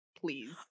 please